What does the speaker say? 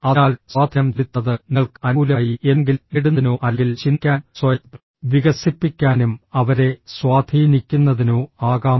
അതിനാൽ സ്വാധീനം ചെലുത്തുന്നത് നിങ്ങൾക്ക് അനുകൂലമായി എന്തെങ്കിലും നേടുന്നതിനോ അല്ലെങ്കിൽ ചിന്തിക്കാനും സ്വയം വികസിപ്പിക്കാനും അവരെ സ്വാധീനിക്കുന്നതിനോ ആകാം